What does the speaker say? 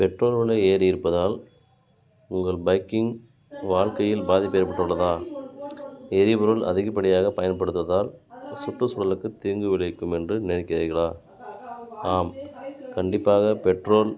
petrol விலை ஏறியிருப்பதால் உங்கள் பைக்கிங் வாழ்க்கையில் பாதிப்பு ஏற்பட்டுள்ளதாக எரிபொருள் அதிகப்படியாக பயன்படுத்துவதால் சுற்றுசூழலுக்கு தீங்கு விளைவிக்கும் என்று நினைக்கிறீர்களா ஆம் கண்டிப்பாக பெட்ரோல்